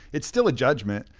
it's still a judgment.